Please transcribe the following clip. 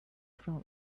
from